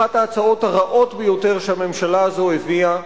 אחת ההצעות הרעות ביותר שהממשלה הזאת הביאה.